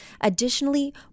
Additionally